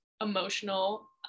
emotional